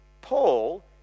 Paul